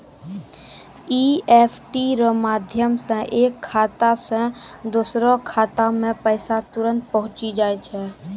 EFT रो माध्यम से एक खाता से दोसरो खातामे पैसा तुरंत पहुंचि जाय छै